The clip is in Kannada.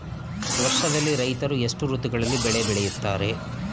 ವರ್ಷದಲ್ಲಿ ರೈತರು ಎಷ್ಟು ಋತುಗಳಲ್ಲಿ ಬೆಳೆ ಬೆಳೆಯುತ್ತಾರೆ?